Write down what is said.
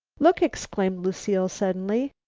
look! exclaimed lucile suddenly.